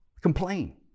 Complain